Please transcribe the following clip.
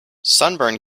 sunburn